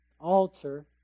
altar